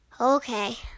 Okay